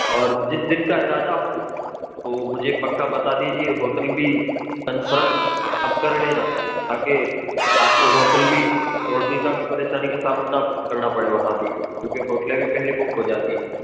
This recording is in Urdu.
اور جس دن کا ارادہ ہو تو مجھے پکا بتا دیجیے ہوٹل بھی کنفرم آپ کر لینا تاکہ آپ کو ہوٹل بھی ہوٹل کا بھی پریشانی کا سامنا نہ کڑنا پڑے وہاں بھی کیوںکہ ہوٹلیں بھی پہلے بک ہو جاتی ہے